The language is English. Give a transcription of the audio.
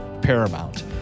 paramount